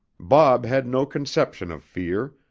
bob had no conception of fear,